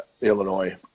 illinois